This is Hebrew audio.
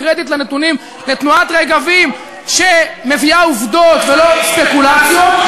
הקרדיט לנתונים לתנועת "רגבים" שמביאה עובדות ולא ספקולציות.